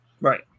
Right